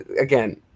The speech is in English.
again